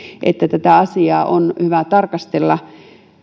että tätä asiaa on hyvä tarkastella